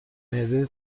معده